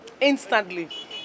instantly